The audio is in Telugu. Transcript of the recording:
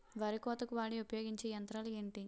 వరి కోతకు వాడే ఉపయోగించే యంత్రాలు ఏంటి?